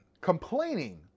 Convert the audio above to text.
Complaining